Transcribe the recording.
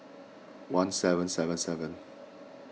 one seven seven seven